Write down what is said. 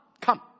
come